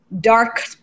dark